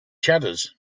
shutters